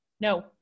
no